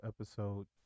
episode